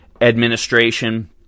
administration